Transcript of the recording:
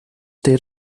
ter